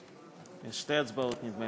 יש שתי הצבעות נדמה